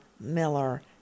Miller